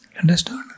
Understood